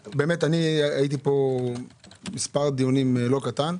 הייתי פה מספר דיונים לא קטן,